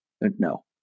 No